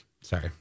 sorry